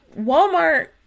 Walmart